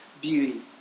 beauty